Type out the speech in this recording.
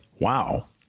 wow